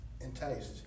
enticed